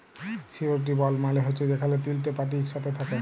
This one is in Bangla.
সিওরিটি বল্ড মালে হছে যেখালে তিলটে পার্টি ইকসাথে থ্যাকে